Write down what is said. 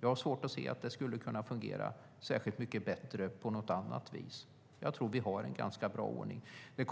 Jag har svårt att se att det skulle fungera särskilt mycket bättre på något annat vis. Jag tror att vi har en ganska bra ordning. Det